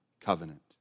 covenant